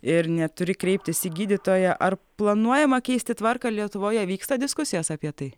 ir neturi kreiptis į gydytoją ar planuojama keisti tvarką lietuvoje vyksta diskusijos apie tai